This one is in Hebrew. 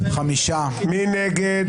מי נגד?